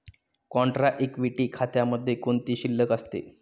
Contra equity खात्यामध्ये कोणती शिल्लक असते?